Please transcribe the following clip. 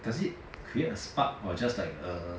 does it create a spark or just like a